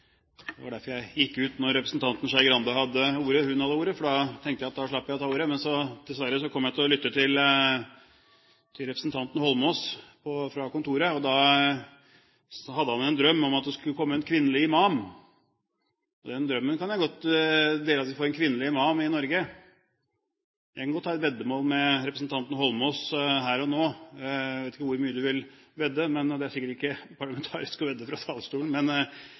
Det var derfor jeg gikk ut da representanten Skei Grande hadde ordet, for da tenkte jeg at da slapp jeg å ta ordet. Men dessverre kom jeg til å lytte til representanten Holmås fra kontoret. Han hadde en drøm om at det skulle komme en kvinnelig imam. Den drømmen kan jeg godt dele, at vi skal få en kvinnelig imam i Norge. Jeg kan godt ta et veddemål med representanten Holmås her og nå. Jeg vet ikke hvor mye du vil vedde, og det er sikkert ikke parlamentarisk å vedde fra